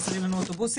חסרים לנו אוטובוסים,